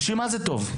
בשביל מה זה טוב?